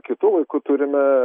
kitų vaikų turime